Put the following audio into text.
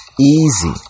easy